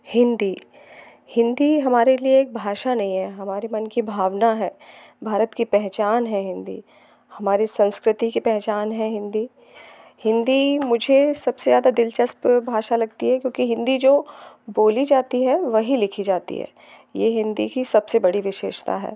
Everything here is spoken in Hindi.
हिंदी हिंदी हमारे लिए एक भाषा नहीं है हमारे मन की भावना है भारत की पहचान है हिंदी हमारी संस्कृति की पहचान है हिंदी हिंदी मुझे सबसे ज़्यादा दिलचस्प भाषा लगती है क्योंकि हिंदी जो बोली जाती है वही लिखी जाती है यह हिंदी की सबसे बड़ी विशेषता है